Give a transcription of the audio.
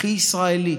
הכי ישראלי.